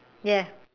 yeah